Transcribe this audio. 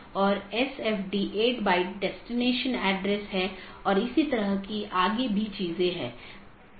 एक AS traffic की निश्चित श्रेणी के लिए एक विशेष AS पाथ का उपयोग करने के लिए ट्रैफिक को अनुकूलित कर सकता है